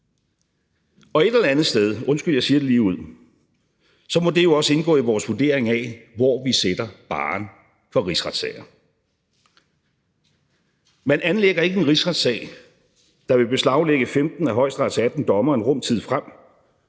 Et eller andet sted – undskyld, jeg siger det ligeud – må det jo også indgå i vores vurdering af, hvor vi sætter barren for rigsretssager. Man anlægger ikke en rigsretssag, der vil beslaglægge 15 af Højesterets 18 dommere en rum tid frem,